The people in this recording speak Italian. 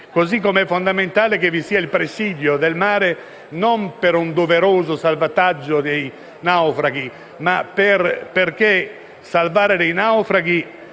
così come è fondamentale che vi sia il presidio del mare non per un doveroso salvataggio dei naufraghi - perché salvare i naufraghi